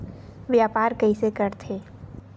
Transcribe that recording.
व्यापार कइसे करथे?